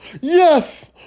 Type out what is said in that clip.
yes